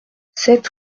sept